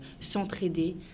s'entraider